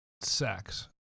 sex